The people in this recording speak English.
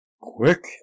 quick